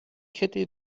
kette